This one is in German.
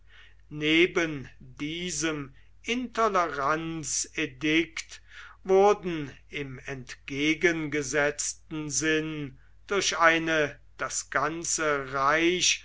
neben diesem intoleranzedikt wurden im entgegengesetzten sinn durch eine das ganze reich